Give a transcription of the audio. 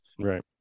Right